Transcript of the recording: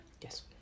Yes